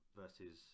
versus